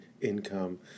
income